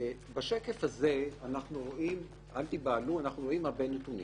בשקף הזה אנחנו רואים הרבה נתונים.